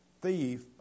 thief